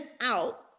out